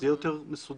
זה יהיה יותר מסודר.